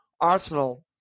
Arsenal